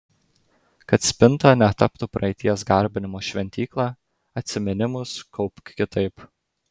kad spinta netaptų praeities garbinimo šventykla atsiminimus kaupk kitaip